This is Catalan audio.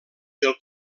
del